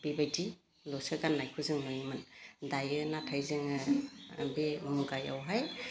बेबायदिल'सो गान्नायखौ जों नुयोमोन दायो नाथाय जोङो बे मुगायावहाय